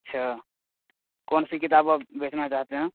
اَچّھا کون سی کتاب آپ بیچنا چاہتے ہیں